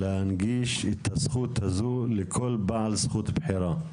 להנגיש את הזכות הזו לכל בעל זכות בחירה,